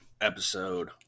episode